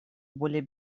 более